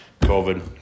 COVID